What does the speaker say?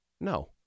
No